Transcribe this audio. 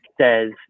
says